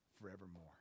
forevermore